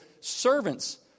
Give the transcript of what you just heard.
servants